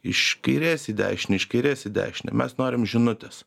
iš kairės į dešinę iš kairės į dešinę mes norim žinutes